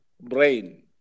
brain